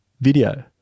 video